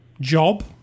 job